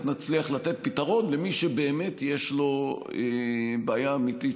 נצליח לתת פתרון למי שבאמת יש לו בעיה אמיתית,